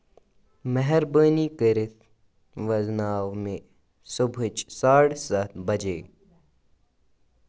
مہربٲنی کٔرِتھ وُزناو مےٚ صبحٕچہِ ساڑٕ سَتھ بجے